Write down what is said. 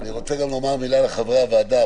אני רוצה גם לומר מילה לחברי הוועדה: